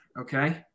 okay